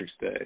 Day